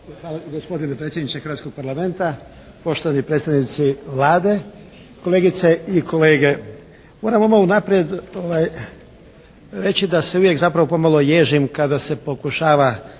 Gospodine predsjedniče hrvatskog Parlamenta, poštovani predstavnici Vlade, kolegice i kolege. Moram odmah unaprijed reći da se uvijek zapravo pomalo ježim kada se pokušava